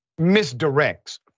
misdirects